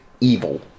evil